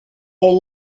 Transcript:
est